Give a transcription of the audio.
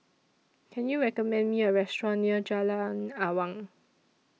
Can YOU recommend Me A Restaurant near Jalan Awang